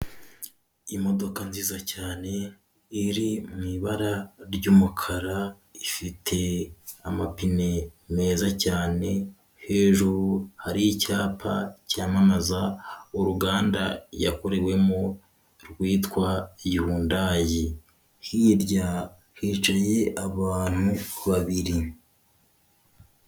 Imodoka nziza cyane iri mu ibara ry'umukara, ifite amapine meza cyane, hejuru hari icyapa cyamamaza uruganda yakorewemo rwitwa yundayi. Hirya hicaye abantu babiri.